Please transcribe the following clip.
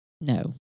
No